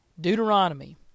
Deuteronomy